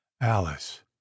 Alice